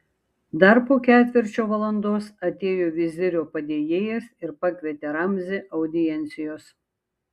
dar po ketvirčio valandos atėjo vizirio padėjėjas ir pakvietė ramzį audiencijos